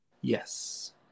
yes